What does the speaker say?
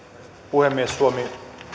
puhemies suomi